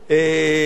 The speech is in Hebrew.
סליחה שאני אומר לך,